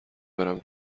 برم